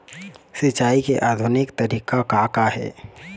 सिचाई के आधुनिक तरीका का का हे?